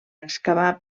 excavar